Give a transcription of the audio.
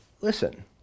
listen